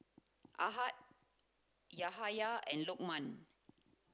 Ahad Yahaya and Lokman